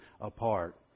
apart